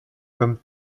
comme